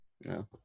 no